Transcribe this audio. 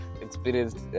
experienced